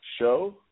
Show